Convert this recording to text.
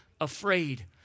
afraid